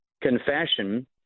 Confession